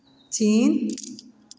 China